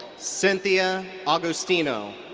cynthia agustino.